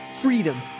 freedom